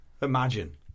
imagine